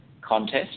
Contest